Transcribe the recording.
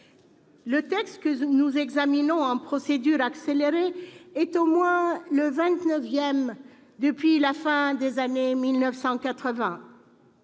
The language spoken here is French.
Le texte que nous examinons en procédure accélérée est au moins le vingt-neuvième depuis la fin des années